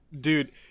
dude